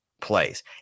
plays